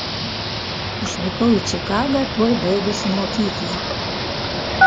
išvykau į čikagą tuoj baigusi mokyklą